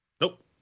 nope